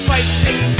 Fighting